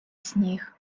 сніг